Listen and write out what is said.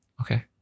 Okay